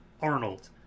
Arnold